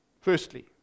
Firstly